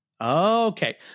Okay